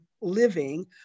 living